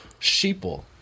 Sheeple